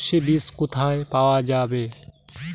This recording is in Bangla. সর্ষে বিজ কোথায় পাওয়া যাবে?